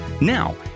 Now